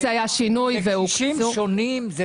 זה קשישים שונים?